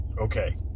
Okay